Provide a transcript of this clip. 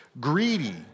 greedy